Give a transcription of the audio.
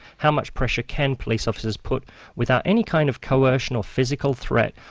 how much pressure can police officers put without any kind of coercion or physical threat,